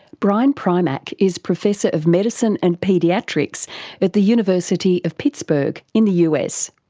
brian primack is professor of medicine and paediatrics at the university of pittsburgh in the us.